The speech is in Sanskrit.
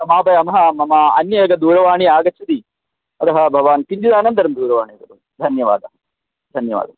समापयामः मम अन्या एका दूरवाणी आगच्छति अतः भवान् किञ्चित् अनन्तरं दूरवाणी करोतु धन्यवादः धन्यवादः